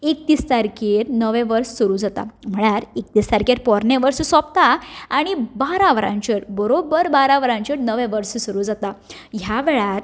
एकतीस तारकेर नवें वर्स सुरू जाता म्हळ्यार एकतीस तारकेर पोरणें वर्स सोंपता आनी बारा वरांचेर बरोबर बारां वरांचेर नवें वर्स सुरू जाता ह्या वेळार